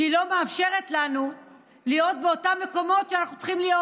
שהיא לא מאפשרת לנו להיות באותם מקומות שאנחנו צריכים להיות.